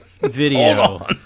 video